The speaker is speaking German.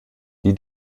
die